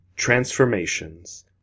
Transformations